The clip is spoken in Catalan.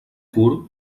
curt